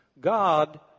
God